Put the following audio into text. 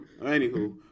Anywho